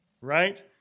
right